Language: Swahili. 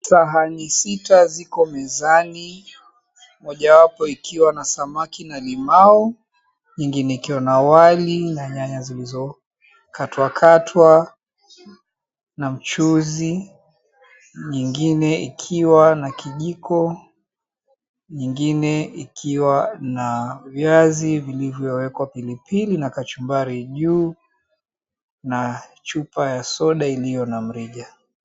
Sahani sita ziko mezani. Mojawapo ikiwa na samaki na limau, ingine ikiwa na wali na nyanya zilizokatwa katwa na mchuzi, nyingine ikiwa na kijiko, nyingine ikiwa na viazi vilivyoekwa pilipili na kachumbari juu na chupa ya soda iliyo na mrija.